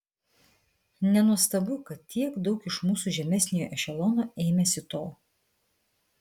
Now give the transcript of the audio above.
nenuostabu kad tiek daug iš mūsų žemesniojo ešelono ėmėsi to